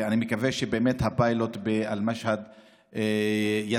ואני מקווה שבאמת הפיילוט במשהד יצליח,